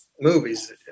movies